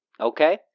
okay